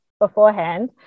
beforehand